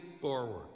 forward